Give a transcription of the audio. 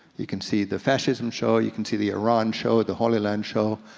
you can see the fascism show, you can see the iran show, the holy land show.